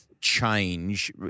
change